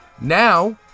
Now